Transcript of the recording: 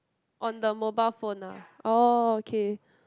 on the mobile phone ah orh okay